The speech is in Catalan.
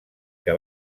que